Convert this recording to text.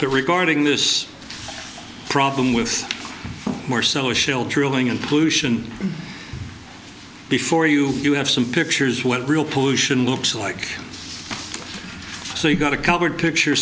there regarding this problem with more social trilling and pollution before you do have some pictures what real pollution looks like so you've got a covered picture